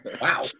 wow